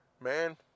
Man